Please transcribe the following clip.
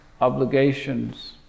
obligations